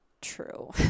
true